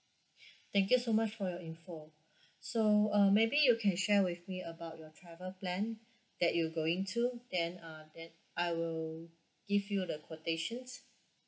thank you so much for your info so uh maybe you can share with me about your travel plan that you going to then uh then I will give you the quotations